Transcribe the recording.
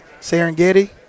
Serengeti